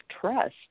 trust